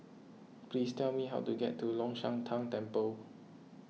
please tell me how to get to Long Shan Tang Temple